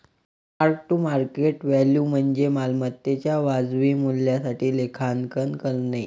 mark to market value म्हणजे मालमत्तेच्या वाजवी मूल्यासाठी लेखांकन करणे